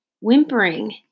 whimpering